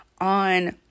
on